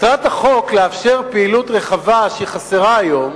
מטרת החוק היא לאפשר פעילות רחבה, שחסרה היום,